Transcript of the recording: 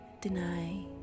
deny